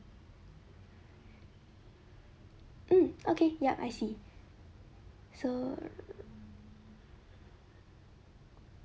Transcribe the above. mm okay yup I see so